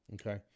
Okay